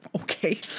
Okay